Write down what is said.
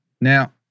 Now